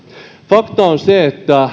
fakta on se että